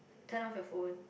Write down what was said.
turn off your phone